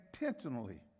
intentionally